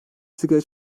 sigara